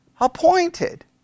appointed